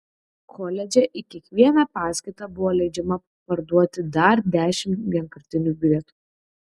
koledže į kiekvieną paskaitą buvo leidžiama parduoti dar dešimt vienkartinių bilietų